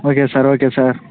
okay sir okay sir